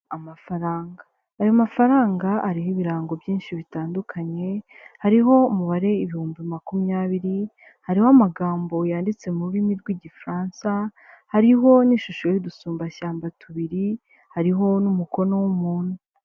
Amafaranga, ayo mafaranga ariho ibirango byinshi bitandukanye hariho umubare ibihumbi makumyabiri, hariho amagambo yanditse mu rurimi rw'Igifaransa, hariho n'ishusho y'udusumbashyamba tubiri, hariho n'umukono w'umuntu.